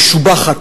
משובחת,